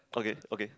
okay okay